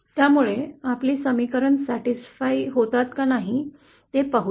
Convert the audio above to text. त्यामुळे आपली समीकरण समाधानकारक आहे की नाही ते पाहू या